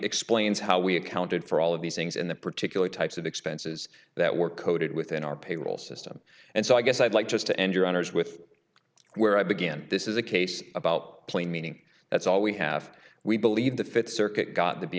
explains how we accounted for all of these things in the particular types of expenses that were coded within our payroll system and so i guess i'd like to end your honour's with where i began this is a case about plain meaning that's all we have we believe the fifth circuit got to be